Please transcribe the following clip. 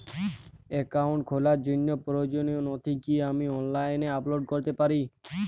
Account খোলার জন্য প্রয়োজনীয় নথি কি আমি অনলাইনে আপলোড করতে পারি?